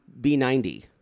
B90